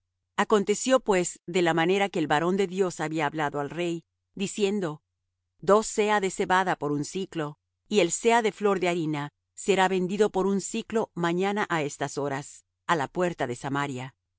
aconteció pues de la manera que el varón de dios había hablado al rey diciendo dos seah de cebada por un siclo y el seah de flor de harina será vendido por un siclo mañana á estas horas á la puerta de samaria